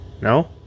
No